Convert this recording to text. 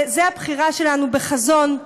זאת הבחירה שלנו, בחזון.